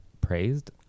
praised